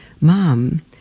Mom